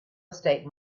estate